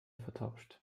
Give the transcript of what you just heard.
vertauscht